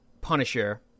Punisher